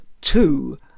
two